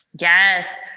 Yes